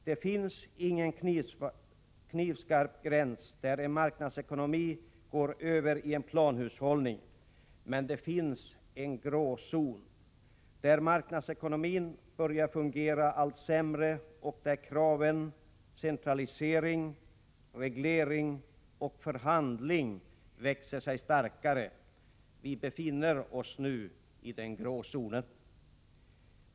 Det finns ingen knivskarp gräns där marknadsekonomin går över i en planhushållning. Men det finns en grå zon, där marknadsekonomin börjar fungera allt sämre och där kraven på centralisering, reglering och förhandling växer sig starkare. Vi befinner oss i den grå zonen.